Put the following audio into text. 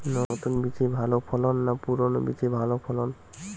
নতুন বীজে ভালো ফলন না পুরানো বীজে ভালো ফলন?